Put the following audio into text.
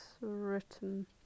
written